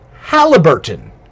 Halliburton